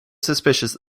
suspicious